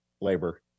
labor